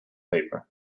paper